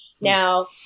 Now